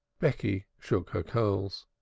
becky shook her curls.